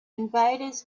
invaders